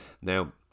Now